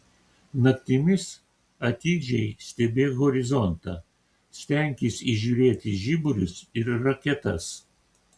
naktimis atidžiai stebėk horizontą stenkis įžiūrėti žiburius ir raketas